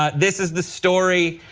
ah this is the story,